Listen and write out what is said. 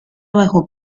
bajo